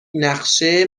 نقشه